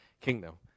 kingdom